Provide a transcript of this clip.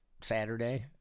Saturday